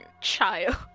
child